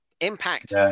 Impact